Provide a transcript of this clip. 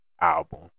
album